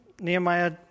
Nehemiah